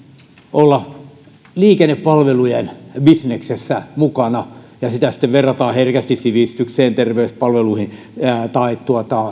olla liikennepalvelujen bisneksessä mukana ja sitä sitten verrataan herkästi sivistykseen terveyspalveluihin tai